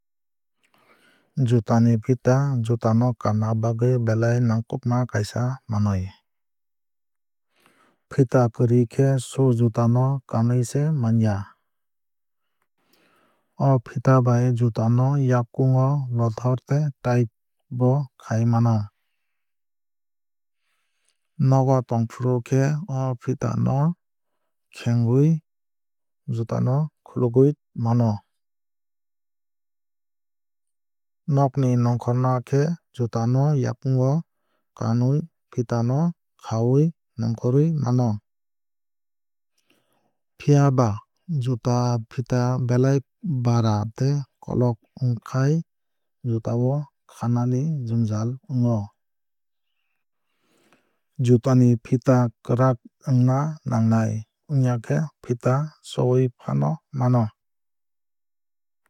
Juta ni fita juta no kanna bagwui belai nangkukma kaisa manwui. Fita kwrwui khe shoe juta no kanwui se manya. O fita bai juta no yakung o lothor tei taait bo khai mano. Nogo tongfru khe o fita no khengwui juta no khwlwgwui mano. Nogni nongkhorna khe juta no yakung o kanwui fita no khawui nongkhorwui mano. Phiaba juta fita belai bara tei kolog wngkhai juta o khanani jwngjal wngo. Juta ni fita kwrak wngna nangnai wngya khe fita chowui fano mano.